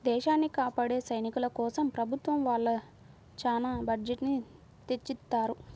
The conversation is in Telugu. దేశాన్ని కాపాడే సైనికుల కోసం ప్రభుత్వం వాళ్ళు చానా బడ్జెట్ ని తెచ్చిత్తారు